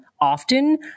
often